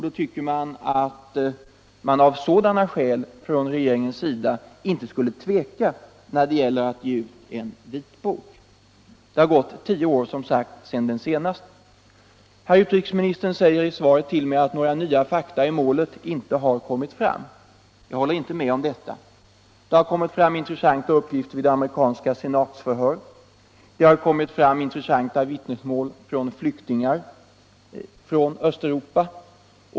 Då tycker man att regeringen av sådana skäl inte skulle tveka när det gäller att ge ut en vitbok. Det har som sagt gått tio år sedan den senaste kom ut. Herr utrikesministern säger i svaret att några nya fakta i målet inte har kommit fram. Jag håller inte med om detta. Det har kommit fram intressanta uppgifter vid de amerikanska senatsförhören. Det har också kommit fram intressanta vittnesmål av flyktingar från Östeuropa.